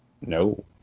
no